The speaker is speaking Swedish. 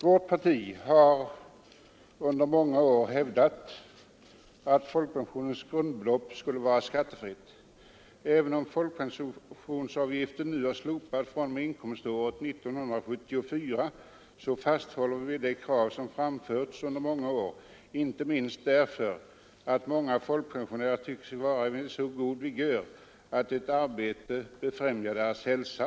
Vårt parti har under många år hävdat att folkpensionens grundbelopp skulle vara skattefritt. Även om folkpensionsavgiften nu har slopats fr.o.m. inkomståret 1974 fasthåller vi vid detta krav, inte minst därför att många folkpensionärer tycker sig vara vid så god vigör att ett arbete befrämjar deras hälsa.